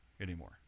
anymore